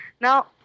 Now